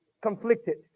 conflicted